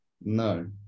No